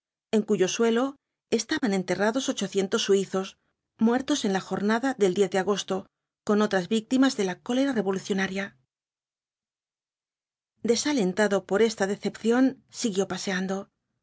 en cuyo suelo están enterrados ochocientos suizos muertos en la jornada del de agosto con otras víctimas de la cólera revolucionaria desalentado por esta decepción siguió paseando